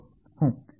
ಹು